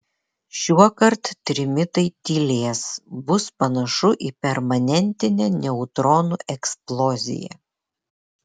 šiuokart trimitai tylės bus panašu į permanentinę neutronų eksploziją